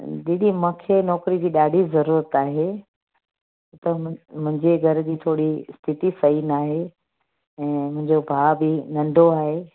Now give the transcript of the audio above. दीदी मूंखे नौकिरीअ जी ॾाढी ज़रूरत आहे त मुं मुंहिंजे घर जी थोरी स्थिती सही नाहे मुंहिंजो भाउ बि नंढो आहे